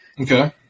Okay